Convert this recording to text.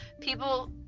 People